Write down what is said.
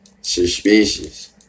suspicious